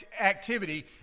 activity